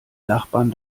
nachbarn